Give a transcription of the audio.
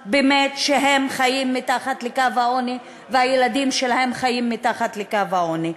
שהם באמת חיים מתחת לקו העוני והילדים שלהם חיים מתחת לקו העוני.